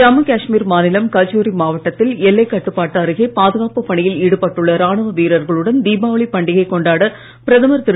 ஜம்மு காஷ்மீர் மாநிலம் கஜோரி மாவட்டத்தில் எல்லைக் கட்டுப்பாட்டு அருகே பாதுகாப்புப் பணியில் ஈடுபட்டுள்ள ராணுவ வீரர்களுடன் தீபாவளி பண்டிகை கொண்டாட பிரதமர் திரு